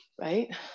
right